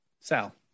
Sal